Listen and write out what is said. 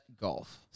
golf